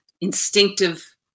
instinctive